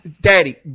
daddy